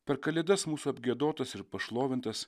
per kalėdas mūsų apgiedotas ir pašlovintas